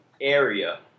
area